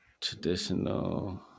Traditional